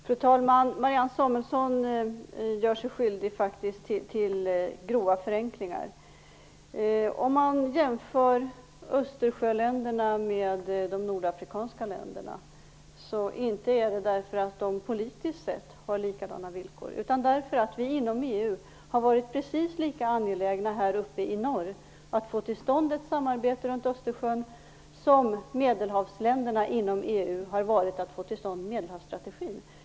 Fru talman! Marianne Samuelsson gör sig faktiskt skyldig till grova förenklingar. Om man jämför Östersjöländerna med de nordafrikanska länderna så inte är det därför att de politiskt sett har likadana villkor, utan därför att inom EU har vi här uppe i norr varit precis lika angelägna om att få till stånd ett samarbete runt Östersjön som Medelhavsländerna inom EU har varit att få till stånd Medelhavsstrategin.